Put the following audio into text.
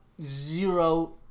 zero